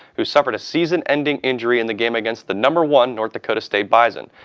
who suffered a season-ending injury in the game against the number one north dakota state bison.